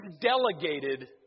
delegated